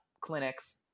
clinics